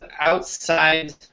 outside